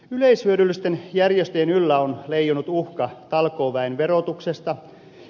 yleishyödyllisten järjestöjen yllä on leijunut uhka talkooväen verotuksesta